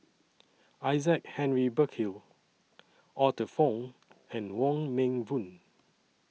Isaac Henry Burkill Arthur Fong and Wong Meng Voon